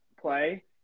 play